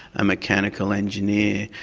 a mechanical engineer.